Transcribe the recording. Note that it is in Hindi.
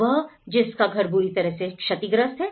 वह जिसका घर बुरी तरह से क्षतिग्रस्त है